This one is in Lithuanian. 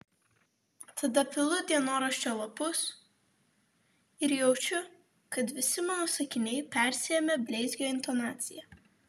tada pilu dienoraščio lapus ir jaučiu kad visi mano sakiniai persiėmę bleizgio intonacija